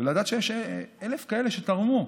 לדעת שיש 1,000 כאלה שתרמו.